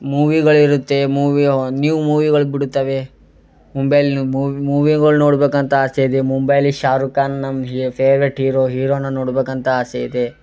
ಮೂವಿಗಳಿರುತ್ತೆ movie ಅವು new ಮೂವಿಗಳು ಬಿಡುತ್ತವೆ ಮುಂಬೈಯಲ್ಲಿ ಮೂವಿಗಳು ನೋಡಬೇಕಂತ ಆಸೆ ಇದೆ ಮುಂಬೈಯಲ್ಲಿ ಶಾರುಕ್ ಖಾನ್ ನಮಗೆ ಫೇವ್ರೆಟ್ ಹೀರೋ ಹೀರೋನ ನೋಡಬೇಕಂತ ಆಸೆ ಇದೆ